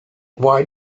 why